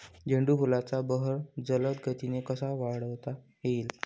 झेंडू फुलांचा बहर जलद गतीने कसा वाढवता येईल?